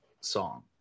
song